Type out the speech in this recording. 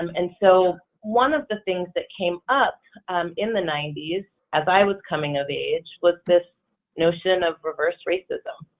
um and so one of the things that came up in the ninety s, as i was coming of age, was this notion of reverse racism,